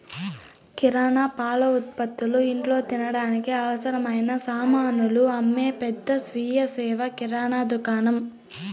కిరణా, పాల ఉత్పతులు, ఇంట్లో తినడానికి అవసరమైన సామానులు అమ్మే పెద్ద స్వీయ సేవ కిరణా దుకాణం